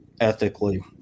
ethically